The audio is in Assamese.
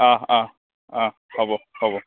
অঁ অঁ অঁ হ'ব হ'ব